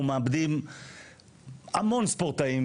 אנחנו מאבדים המון ספורטאים,